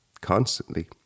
constantly